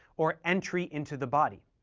or entry into the body.